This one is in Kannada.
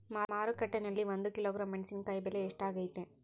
ಮಾರುಕಟ್ಟೆನಲ್ಲಿ ಒಂದು ಕಿಲೋಗ್ರಾಂ ಮೆಣಸಿನಕಾಯಿ ಬೆಲೆ ಎಷ್ಟಾಗೈತೆ?